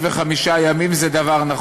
אני משאיר אותה על השולחן.